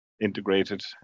integrated